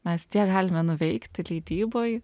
mes tiek galime nuveikti leidyboj